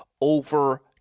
over